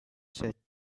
set